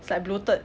it's like bloated